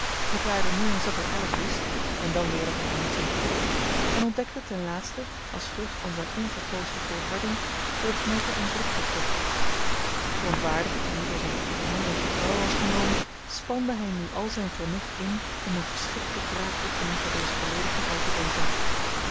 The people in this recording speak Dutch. verklaarde nu eens dat hij alles wist en dan weer dat hij er niets om gaf en ontdekte ten laatste als vrucht van zijne onverpoosde volharding dat het meta en brooke betrof verontwaardigd dat hij niet door zijn goeverneur in vertrouwen was genomen spande hij nu al zijn vernuft in om een geschikte wraakoefening voor deze beleediging uit te denken